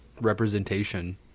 representation